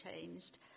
changed